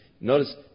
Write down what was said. Notice